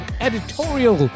editorial